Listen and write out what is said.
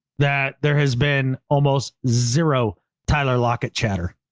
that there has been almost zero tyler lockett chatter,